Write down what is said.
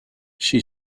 she